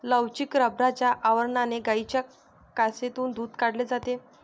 लवचिक रबराच्या आवरणाने गायींच्या कासेतून दूध काढले जाते